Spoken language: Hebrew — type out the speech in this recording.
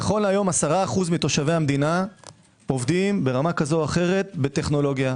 נכון להיום 10% מתושבי המדינה עובדים ברמה כזו או אחרת בטכנולוגיה,